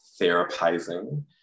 therapizing